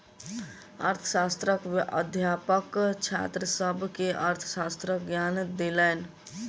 अर्थशास्त्रक अध्यापक छात्र सभ के अर्थशास्त्रक ज्ञान देलैन